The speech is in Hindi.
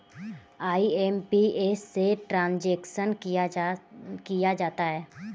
आई.एम.पी.एस से ट्रांजेक्शन किया जाता है